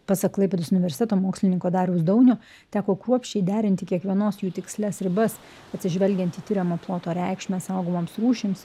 pasak klaipėdos universiteto mokslininko dariaus daunio teko kruopščiai derinti kiekvienos jų tikslias ribas atsižvelgiant į tiriamo ploto reikšmę saugomoms rūšims